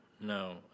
no